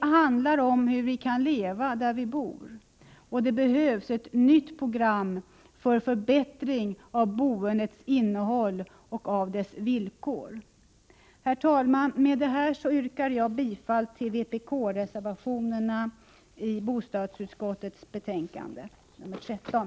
Det handlar om hur vi kan leva där vi bor. Det behövs ett nytt program för förbättring av boendets innehåll och villkor. Med detta yrkar jag bifall till vpk-reservationerna i bostadsutskottets betänkande nr 13.